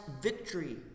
victory